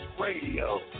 radio